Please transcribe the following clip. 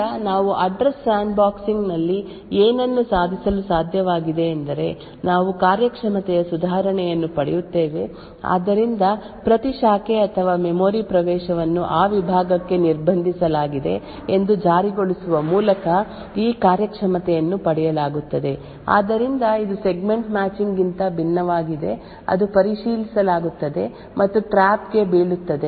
ಆದ್ದರಿಂದ ನಾವು address sandboxing ನಲ್ಲಿ ಏನನ್ನು ಸಾಧಿಸಲು ಸಾಧ್ಯವಾಗಿದೆ ಎಂದರೆ ನಾವು ಕಾರ್ಯಕ್ಷಮತೆಯ ಸುಧಾರಣೆಯನ್ನು ಪಡೆಯುತ್ತೇವೆ ಆದ್ದರಿಂದ ಪ್ರತಿ ಶಾಖೆ ಅಥವಾ ಮೆಮೊರಿ ಪ್ರವೇಶವನ್ನು ಆ ವಿಭಾಗಕ್ಕೆ ನಿರ್ಬಂಧಿಸಲಾಗಿದೆ ಎಂದು ಜಾರಿಗೊಳಿಸುವ ಮೂಲಕ ಈ ಕಾರ್ಯಕ್ಷಮತೆಯನ್ನು ಪಡೆಯಲಾಗುತ್ತದೆ ಆದ್ದರಿಂದ ಇದು ಸೆಗ್ಮೆಂಟ್ ಮ್ಯಾಚಿಂಗ್ ಗಿಂತ ಭಿನ್ನವಾಗಿದೆ ಅದು ಪರಿಶೀಲಿಸುತ್ತದೆ ಮತ್ತು ಟ್ರ್ಯಾಪ್ ಗೆ ಬೀಳುತ್ತದೆ